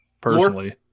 personally